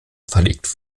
verlegt